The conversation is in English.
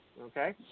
Okay